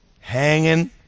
hanging